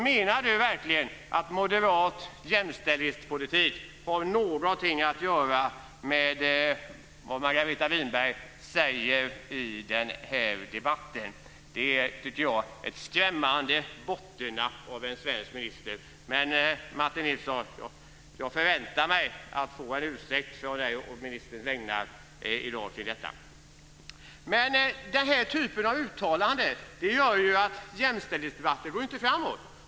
Menar han verkligen att moderat jämställdhetspolitik har någonting att göra med vad Margareta Winberg säger i den här debatten? Det är, tycker jag, ett skrämmande bottennapp av en svensk minister. Jag förväntar mig att få en ursäkt i dag för detta från Martin Nilsson å ministerns vägnar. Den här typen av uttalanden gör ju att jämställdhetsdebatten inte går framåt.